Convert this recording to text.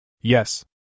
Yes